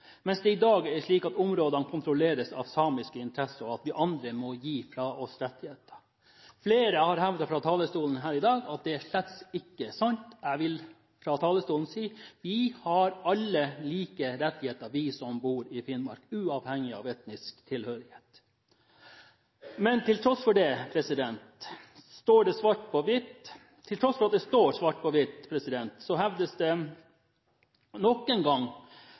mens det i dag er slik at området kontrolleres av samiske interesser, og vi andre må gi fra oss rettigheter. Flere har hevdet fra talerstolen her i dag at det er slett ikke sant. Jeg vil si fra talerstolen: Vi som bor i Finnmark, har alle like rettigheter, uavhengig av etnisk tilhørighet. Men til tross for at det står svart på hvitt, hevdes det noen ganger med tyngde fra talerstolen at finnmarksloven gir samene rettigheter. Jeg har flere ganger utfordret spesielt representanten Jan-Henrik Fredriksen, som også er en